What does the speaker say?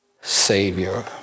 Savior